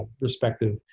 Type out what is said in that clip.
respective